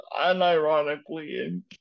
unironically